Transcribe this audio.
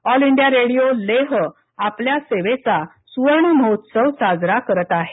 all India Radio Leh आपल्या सेवेचा सुवर्णमहोत्सव साजरा करत आहे